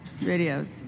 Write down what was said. videos